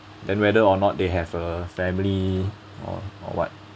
then whether or not they have a family or or what